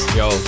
yo